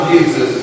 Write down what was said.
Jesus